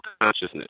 consciousness